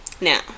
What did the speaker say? Now